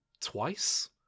twice